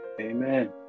Amen